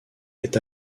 est